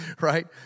Right